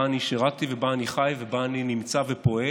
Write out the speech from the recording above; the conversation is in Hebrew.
אני שירתי ובה אני חי ובה אני נמצא ופועל,